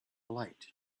light